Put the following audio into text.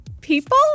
people